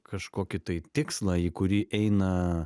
kažkokį tai tikslą į kurį eina